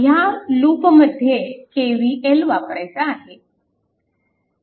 ह्या लूप मध्ये KVL वापरायचा आहे